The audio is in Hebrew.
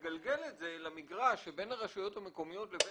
לגלגל את זה למגרש שבין הרשויות המקומיות לבין